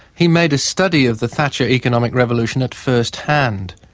he made a study of the thatcher economic revolution at first hand.